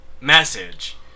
message